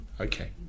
Okay